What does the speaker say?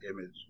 image